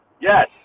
Yes